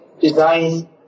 design